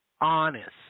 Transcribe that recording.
honest